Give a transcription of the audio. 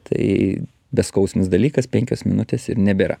tai beskausmis dalykas penkios minutės ir nebėra